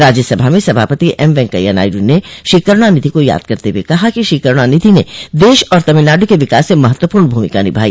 राज्यसभा में सभापति एम वैंकैया नायडु ने श्री करूणानिधि को याद करते हुए कहा कि श्री करूणानिधि ने देश और तमिलनाडु के विकास में महत्वपूर्ण भूमिका निभाई